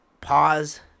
pause